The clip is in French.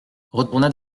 retourna